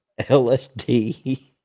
LSD